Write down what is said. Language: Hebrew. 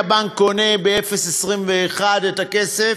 הבנק קונה ב-0.21 את הכסף,